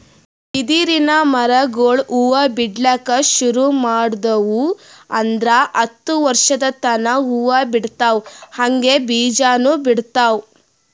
ಬಿದಿರಿನ್ ಮರಗೊಳ್ ಹೂವಾ ಬಿಡ್ಲಕ್ ಶುರು ಮಾಡುದ್ವು ಅಂದ್ರ ಹತ್ತ್ ವರ್ಶದ್ ತನಾ ಹೂವಾ ಬಿಡ್ತಾವ್ ಹಂಗೆ ಬೀಜಾನೂ ಬಿಡ್ತಾವ್